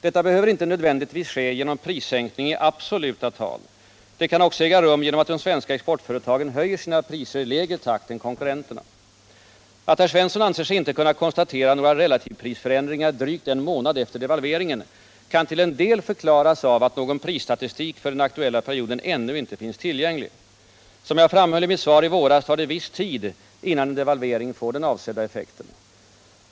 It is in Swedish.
Detta behöver förmå exportföreinte nödvändigtvis ske genom prissänkning i absoluta tal. Det kan också = tagen att sänka sina äga rum genom att de svenska exportföretagen höjer sina priser i lägre = priser takt än konkurrenterna. Att Jörn Svensson anser sig inte kunna konstatera några relativprisförändringar drygt en månad efter devalveringen kan till en del förklaras av att någon prisstatistik för den aktuella perioden ännu inte finns tillgänglig. Som jag framhöll i mitt svar i våras tar det viss tid innan en devalvering får den avsedda effekten.